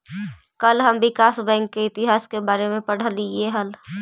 कल हम विकास बैंक के इतिहास के बारे में पढ़लियई हल